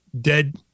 dead